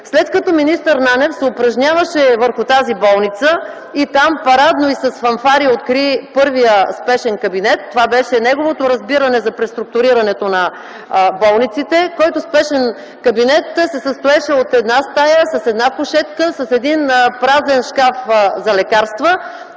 След като министър Нанев се упражняваше върху тази болница и там парадно, и с фанфари откри първия спешен кабинет, това беше неговото разбиране за преструктурирането на болниците, който спешен кабинет се състоеше от една стая с една кушетка, с един празен шкаф за лекарства.